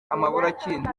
amaburakindi